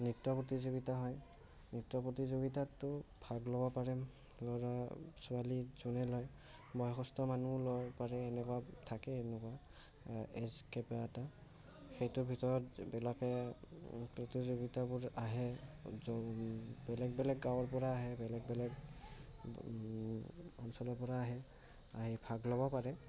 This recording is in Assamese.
নৃত্য প্ৰতিযোগিতা হয় নৃত্য প্ৰতিযোগিতাতো ভাগ ল'ব পাৰে ল'ৰা ছোৱালী যোনে লয় বয়সস্থ মানুহো লয় পাৰে এনেকুৱা থাকে এনেকুৱা এজ কিবা এটা সেইটো ভিতৰত যিবিলাকে প্ৰতিযোগিতাবোৰ আহে বেলেগ বেলেগ গাঁৱৰ পৰা আহে বেলেগ বেলেগ অঞ্চলৰ পৰা আহে আহি ভাগ ল'ব পাৰে